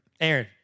Aaron